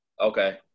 Okay